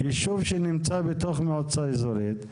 ישוב שנמצא בתוך מועצה אזורית,